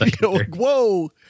Whoa